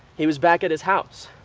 he was back at his house.